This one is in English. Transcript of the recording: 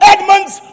Edmonds